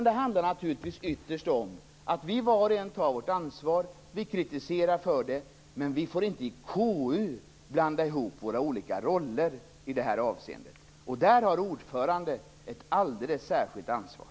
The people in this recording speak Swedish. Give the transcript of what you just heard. Det handlar naturligtvis ytterst om att vi var och en tar vårt ansvar och kritiserar, men vi får inte i KU blanda ihop våra olika roller i detta avseende. Där har ordföranden ett alldeles särskilt ansvar.